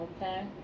Okay